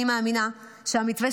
אני מאמינה שהמתווה,